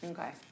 Okay